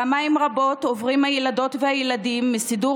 פעמים רבות עוברים הילדות והילדים מסידור